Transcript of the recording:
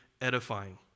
edifying